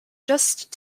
just